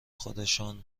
خودشان